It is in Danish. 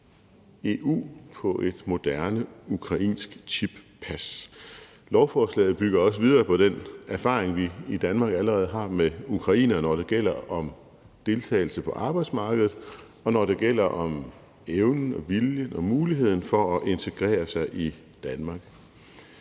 EU på et moderne ukrainsk chippas. Lovforslaget bygger også videre på den erfaring, vi i Danmark allerede har med ukrainerne, når det gælder deltagelse på arbejdsmarkedet, og når det gælder evnen og viljen og muligheden for at integrere sig i Danmark.